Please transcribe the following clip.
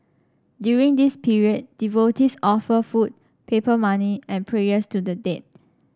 during this period devotees offer food paper money and prayers to the dead